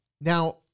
now